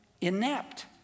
inept